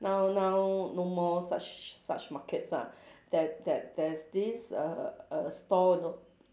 now now no more such such markets ah that that there's this err err stall know